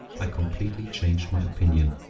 i completely changed my opinion.